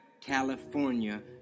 California